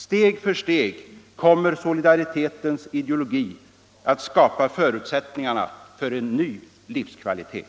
Steg för steg kommer solidaritetens ideologi att skapa förutsättningar för en ny livskvalitet.